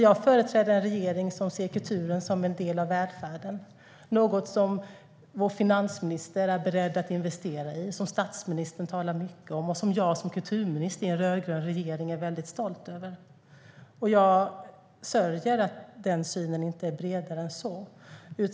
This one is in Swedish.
Jag företräder en regering som ser kulturen som en del av välfärden, som något som vår finansminister är beredd att investera i och som statsministern talar mycket om, och jag som kulturminister i en rödgrön regering är mycket stolt över den. Jag sörjer att den synen inte är bredare än så.